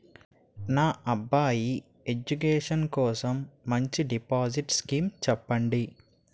నా అబ్బాయి ఎడ్యుకేషన్ కోసం మంచి డిపాజిట్ స్కీం చెప్పండి